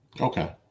Okay